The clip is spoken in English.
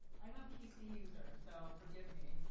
i'm a pc user, so forgive me.